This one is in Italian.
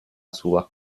sua